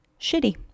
shitty